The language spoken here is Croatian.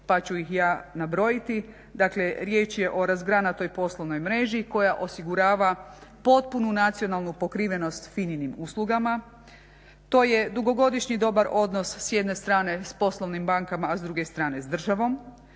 pa ću ih ja nabrojiti. Dakle, riječ je o razgranatoj poslovnoj mreži koja osigurava potpunu nacionalnu pokrivenost FINA-inim uslugama. To je dugogodišnji dobar odnos s jedne strane s poslovnim bankama a s druge strane državom,